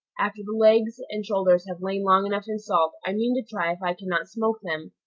after the legs and shoulders have lain long enough in salt, i mean to try if i can not smoke them,